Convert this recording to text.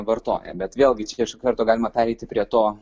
vartoja bet vėlgi čia iš karto galima pereiti prie to